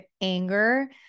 anger